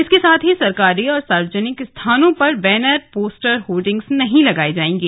इसके साथ ही सरकारी और सार्वजनिक स्थानों पर पर बैनर पोस्टर होर्डिंग नहीं लगाए जाएंगे